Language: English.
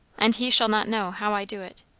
and he shall not know how i do it.